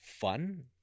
fun